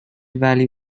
value